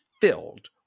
filled